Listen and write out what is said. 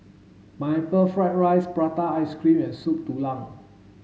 pineapple fried rice prata ice cream and Soup Tulang